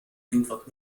einfach